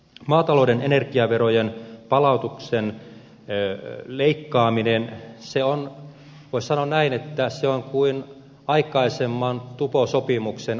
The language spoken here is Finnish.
maatalouden energiaverojen palautuksen leikkaaminen on voisi sanoa näin kuin aikaisemman tuposopimuksen auki repimistä